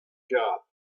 job